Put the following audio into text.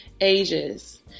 ages